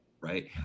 right